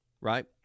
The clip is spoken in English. Right